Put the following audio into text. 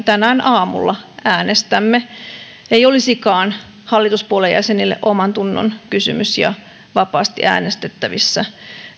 tänään aamulla äänestämme ei olisikaan hallituspuolueiden jäsenille omantunnon kysymys ja vapaasti äänestettävissä